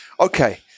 Okay